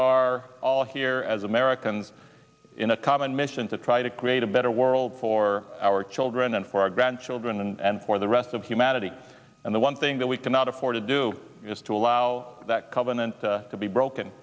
are all here as americans in a common mission to try to create a better world for our children and for our grandchildren and for the rest of humanity and the one thing that we cannot afford to do is to allow that covenant to be broken